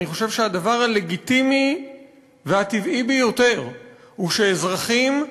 אני חושב שהדבר הלגיטימי והטבעי ביותר הוא שאזרחים,